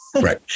Right